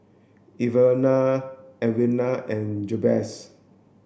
Evalena Edwina and Jabez